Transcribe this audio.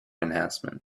enhancement